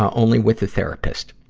ah only with a therapist.